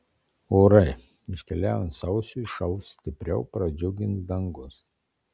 orai iškeliaujant sausiui šals stipriau pradžiugins dangus